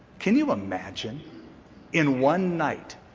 can you imagine in one night